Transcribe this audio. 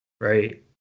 Right